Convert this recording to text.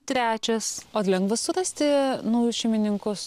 trečias o lengva surasti naujus šeimininkus